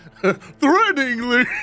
threateningly